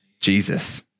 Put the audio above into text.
Jesus